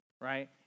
right